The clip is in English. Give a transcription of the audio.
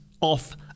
off